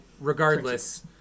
regardless